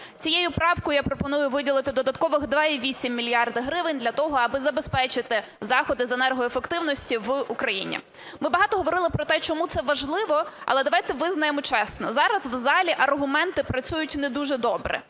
Цією правкою я пропоную виділити додаткових 2,8 мільярда гривень для того, аби забезпечити заходи з енергоефективності в Україні. Ми багато говорили про те, чому це важливо. Але давайте визнаємо чесно, зараз в залі аргументи працюють не дуже добре.